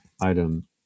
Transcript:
item